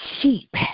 sheep